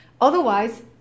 Otherwise